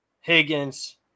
Higgins